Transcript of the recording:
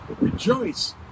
rejoice